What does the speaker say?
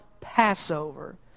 Passover